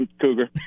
Cougar